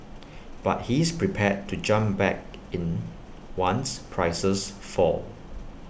but he's prepared to jump back in once prices fall